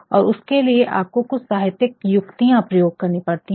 और उसके लिए आपको कुछ साहित्यिक युक्तियां प्रयोग करनी पड़ती है